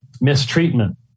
mistreatment